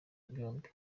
byombi